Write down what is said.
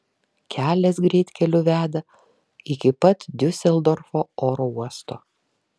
kelias greitkeliu veda iki pat diuseldorfo oro uosto